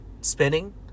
spinning